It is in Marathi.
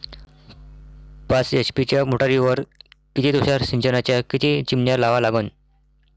पाच एच.पी च्या मोटारीवर किती तुषार सिंचनाच्या किती चिमन्या लावा लागन?